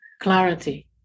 Clarity